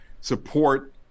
support